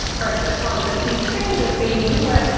president trump says these changes mean the u s.